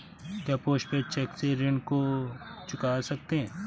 क्या post paid cheque से ऋण को चुका सकते हैं?